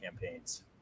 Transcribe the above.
campaigns